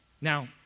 Now